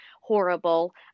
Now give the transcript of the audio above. horrible